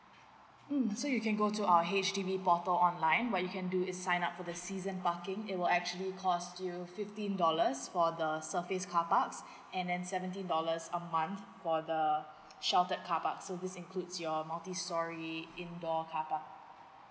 mm so you can go to our H_D_B portal online what you can do is sign up for the season parking it will actually cost you fifteen dollars for the surface carparks and then seventeen dollars a month for the sheltered carpark so this includes your multi storey indoor carpark